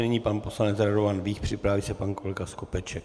Nyní pan poslanec Radovan Vích, připraví se pan kolega Skopeček.